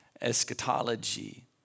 eschatology